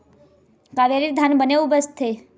कावेरी धान बने उपजथे?